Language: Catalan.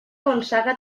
gonçaga